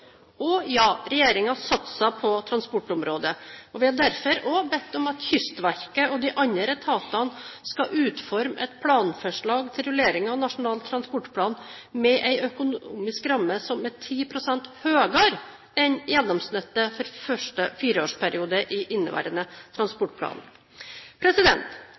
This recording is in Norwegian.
Ja, regjeringen satser på transportområdet, og vi har derfor også bedt om at Kystverket og de andre etatene skal utforme et planforslag til rullering av Nasjonal transportplan med en økonomisk ramme som er 10 pst. høyere enn gjennomsnittet for første fireårsperiode i inneværende transportplan.